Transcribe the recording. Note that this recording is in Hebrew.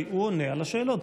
אתה לא עונה על מה ששאלתי אותך.